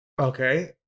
Okay